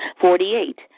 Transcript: Forty-eight